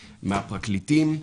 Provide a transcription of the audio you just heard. מהפרקליטים,